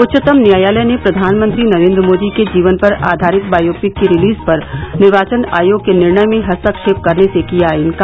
उच्चतम न्यायालय ने प्रधानमंत्री नरेन्द्र मोदी के जीवन पर आधारित बायोपिक के रिलीज पर निर्वाचन आयोग के निर्णय में हस्तक्षेप करने से किया इंकार